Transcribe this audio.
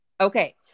Okay